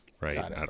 Right